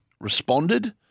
responded